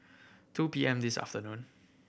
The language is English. two P M this afternoon